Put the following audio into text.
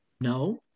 No